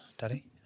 daddy